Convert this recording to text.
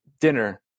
dinner